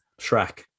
Shrek